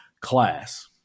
class